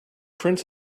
prince